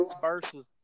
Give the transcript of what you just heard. versus